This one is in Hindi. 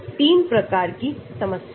3 प्रकार की समस्याएं